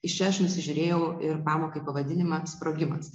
iš čia aš nusižiūrėjau ir pamokai pavadinimą sprogimas